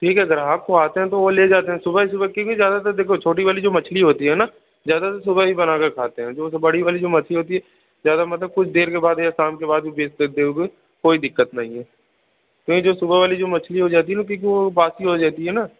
ठीक है सर आपको आते हैं तो वह ले जाते हैं सुबह सुबह क्योंकि देखो ज़्यादातर छोटी वाली जो मछली होती है ना ज़्यादतर सुबह ही बना कर खाते है देखो बड़ी वाली जो मछली होती है ज़्यादा मतलब कुछ देर के बाद या शाम के बाद भी बेच देते होंगे कोई दिक़्क़त नहीं है नहीं जो सुबह वाली जो मछली हो जाती है ना क्योंकि वह बासी हो जाती है ना